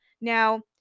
Now